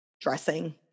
dressing